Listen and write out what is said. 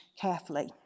carefully